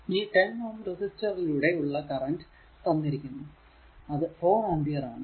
ഇനി ഈ 10Ω റെസിസ്റ്റർ ലൂടെ ഉള്ള കറന്റ് തന്നിരിക്കുന്നു അത് 4 ആംപിയർ ആണ്